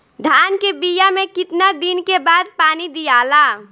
धान के बिया मे कितना दिन के बाद पानी दियाला?